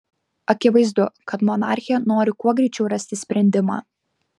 akivaizdu kad monarchė nori kuo greičiau rasti sprendimą